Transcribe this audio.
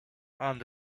and